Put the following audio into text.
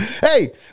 Hey